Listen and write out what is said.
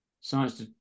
Science